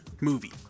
movie